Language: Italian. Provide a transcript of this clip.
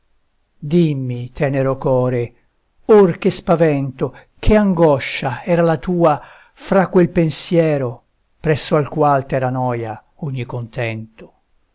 dimmi tenero core or che spavento che angoscia era la tua fra quel pensiero presso al qual t'era noia ogni contento